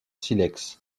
silex